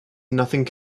nothing